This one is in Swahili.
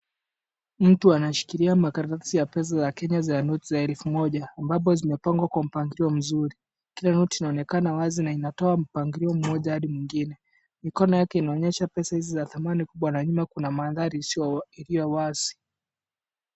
Mtu anashikilia makaratasi ya pesa za Kenya za noti za elfu moja ambapo zimepangwa kwa mpangilio mzuri. Kila noti inaonekana wazi na inatoa mpangilio mmoja hadi mwingine. Mikono yake inaonyesha pesa hizi za thamani kubwa na nyuma kuna mandhari iliyo wazi.